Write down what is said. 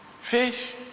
Fish